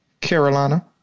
Carolina